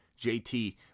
JT